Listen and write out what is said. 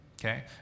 Okay